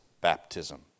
baptism